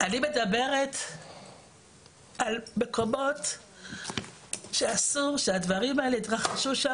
אני מדברת על מקומות שאסור שהדברים האלה יתרחשו שם,